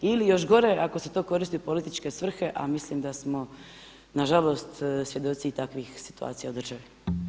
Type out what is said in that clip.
Ili još gore ako se to koristi u političke svrhe, a mislim da smo na žalost svjedoci i takvih situacija u državi.